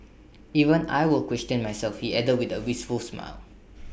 even I will question myself he added with A wistful smile